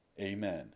Amen